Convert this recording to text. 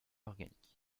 organique